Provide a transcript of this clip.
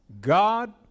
God